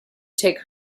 take